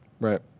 right